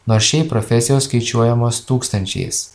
nors šiaip profesijos skaičiuojamos tūkstančiais